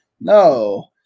No